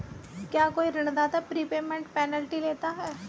क्या कोई ऋणदाता प्रीपेमेंट पेनल्टी लेता है?